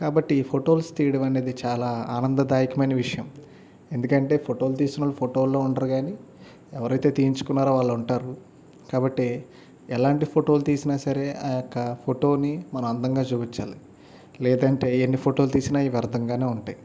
కాబట్టి ఫొటోస్ తీయడం అనేది చలా ఆనందదాయకమైన విషయం ఎందుకంటే ఫోటోలు తీసిన వాళ్ళు ఫోటోలో ఉండరు కానీ ఎవరైతే తీయించుకున్నారో వాళ్ళు ఉంటారు కాబట్టి ఎలాంటి ఫోటోలు తీసిన సరే ఆ యొక్క ఫోటోని మనం అందంగా చూపించాలి లేదంటే ఎన్ని ఫోటోలు తీసినా అవి వ్యర్థంగానే ఉంటాయి